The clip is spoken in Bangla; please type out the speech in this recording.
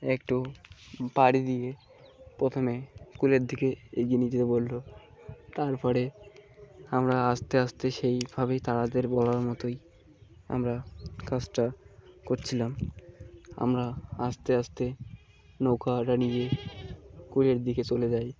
একটু পাড়ি দিয়ে প্রথমে কূলের দিকে এগিয়ে নিয়ে যেতে বলল তার পরে আমরা আস্তে আস্তে সেইভাবেই তাদের বলার মতোই আমরা কাজটা করছিলাম আমরা আস্তে আস্তে নৌকাটা নিয়ে কূলের দিকে চলে যাই